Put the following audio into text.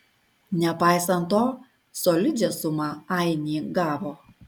nepaisant to solidžią sumą ainiai gavo